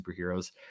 superheroes